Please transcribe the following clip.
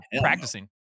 practicing